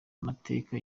amateka